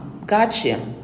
Gotcha